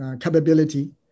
capability